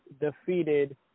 defeated